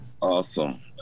awesome